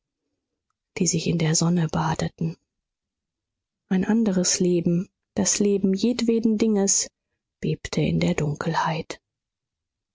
die sich in der sonne badeten ein anderes leben das leben jedweden dinges bebte in der dunkelheit